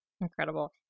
Incredible